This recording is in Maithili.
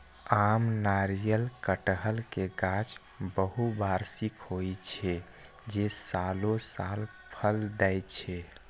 आम, नारियल, कहटर के गाछ बहुवार्षिक होइ छै, जे सालों साल फल दै छै